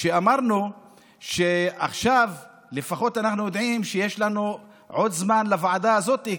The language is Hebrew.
ואמרנו שעכשיו לפחות אנחנו יודעים שיש עוד זמן לוועדה הזאת,